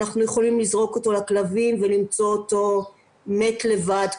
אנחנו יכולים לזרוק אותו לכלבים ולמצוא אותו מת לבד,